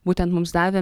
būtent mums davė